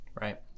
Right